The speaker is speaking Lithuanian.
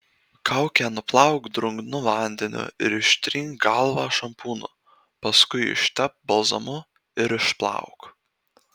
kaukę nuplauk drungnu vandeniu ir ištrink galvą šampūnu paskui ištepk balzamu ir išplauk